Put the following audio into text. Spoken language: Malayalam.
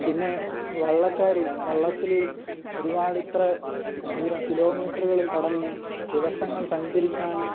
പിന്നെ വള്ളക്കാർ വളളത്തിൽ ഒരുപാട് ഇത്ര ദൂരം കിലോമീറ്ററുകൾ കടന്ന് ദിവസങ്ങൾ സഞ്ചരിച്ചാണ്